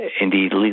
indeed